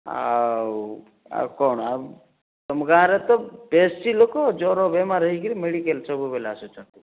ଆଉ ଆଉ କ'ଣ ଆଉ ତୁମ ଗାଁରେ ତ ବେଶି ଲୋକ ଜ୍ୱର ବେମାର ହେଇକିରି ମେଡ଼ିକାଲ ସବୁବେଳେ ଆସୁଛନ୍